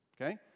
okay